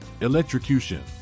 electrocution